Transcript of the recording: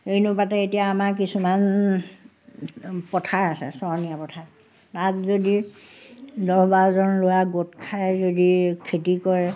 এই অনুপাতে এতিয়া আমাৰ কিছুমান পথাৰ আছে চৰণীয়া পথাৰ তাত যদি দহ বাৰজন ল'ৰা গোট খাই যদি খেতি কৰে